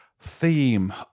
theme